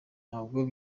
ntabwo